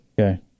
Okay